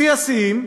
שיא השיאים,